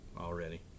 already